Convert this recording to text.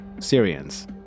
Syrians